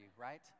right